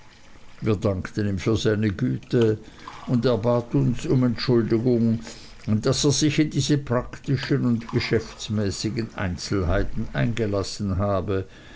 wir dankten ihm für seine güte und er bat uns um entschuldigung daß er sich in diese praktischen und geschäftsmäßigen einzelheiten eingelassen habe